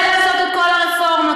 ולעשות את כל הרפורמות.